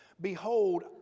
Behold